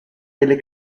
delle